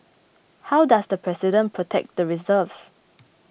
how does the President protect the reserves